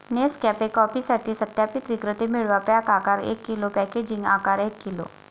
Nescafe कॉफीसाठी सत्यापित विक्रेते मिळवा, पॅक आकार एक किलो, पॅकेजिंग आकार एक किलो